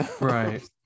right